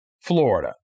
Florida